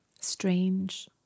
Strange